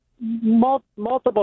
Multiple